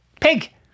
Pig